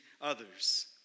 others